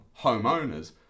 homeowners